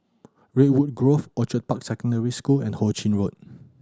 Redwood Grove Orchid Park Secondary School and Ho Ching Road